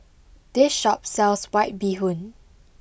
this shop sells White Bee Hoon